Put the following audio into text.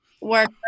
work